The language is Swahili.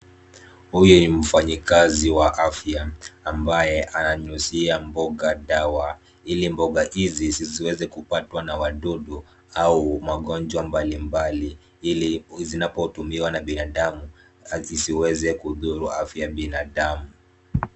Huyu ni mfanyikazi wa afya ambaye ananyuzia mboga dawa ili mboga hizi zisiweze kupatwa na wadudu au magonjwa mbalimbali, ili zinapotumiwa na binadamu zisiweze kudhuru afya ya binadamu.